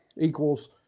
equals